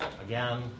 again